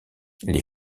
les